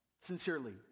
Sincerely